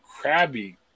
crabby